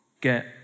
Get